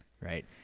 Right